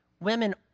women